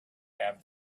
have